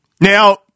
Now